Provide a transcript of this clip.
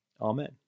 Amen